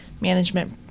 management